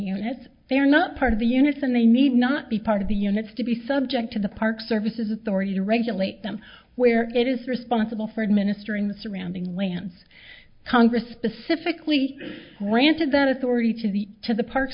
units they are not part of the units and they need not be part of the units to be subject to the park services authority to regulate them where it is responsible for administering the surrounding lands congress specifically granted that authority to the to the park